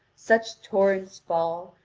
such torrents fail,